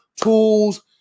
tools